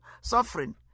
suffering